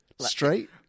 Straight